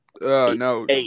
no